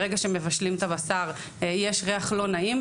ברגע שמבשלים את הבשר יש ריח לא נעים.